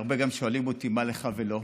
הרבה גם שואלים אותי: מה לך ולו?